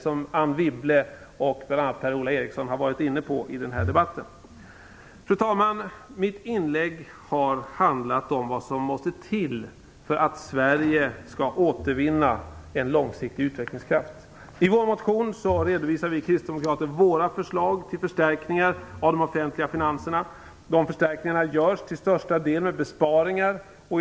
Detta har också bl.a. Anne Wibble och Per-Ola Eriksson tagit upp tidigare i debatten. Fru talman! Mitt inlägg har handlat om vad som måste till för att Sverige skall återvinna en långsiktig utvecklingskraft. I vår motion redovisar vi kristdemokrater våra förslag till förstärkningar av de offentliga finanserna. De förstärkningarna skall till största del genomföras med hjälp av besparingar.